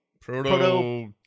Proto